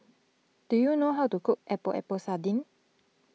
do you know how to cook Epok Epok Sardin